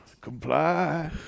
Comply